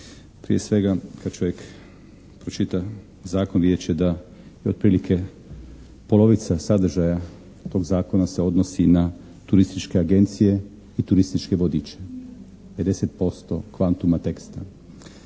Prije svega, kad čovjek pročita Zakon vidjet će da je otprilike polovica sadržaja tog Zakona se odnosi na turističke agencije i turističke vodiče. 50% kvantuma teksta.